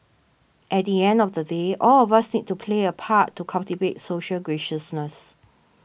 at the end of the day all of us need to play a part to cultivate social graciousness